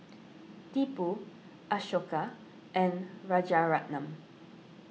Tipu Ashoka and Rajaratnam